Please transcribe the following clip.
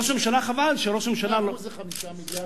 חבל שראש הממשלה, 2% זה 5 מיליארד.